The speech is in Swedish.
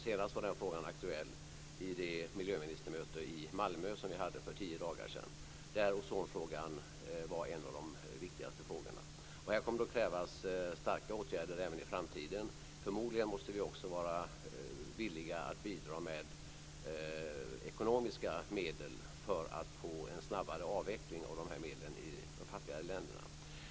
Senast var den frågan aktuell vid det miljöministermöte i Malmö som vi hade för tio dagar sedan och där ozonfrågan var en av de viktigaste frågorna. Här kommer det att krävas starka åtgärder även i framtiden. Förmodligen måste vi också vara villiga att bidra med ekonomiska medel för att få en snabbare avveckling av medlen i de fattigare länderna.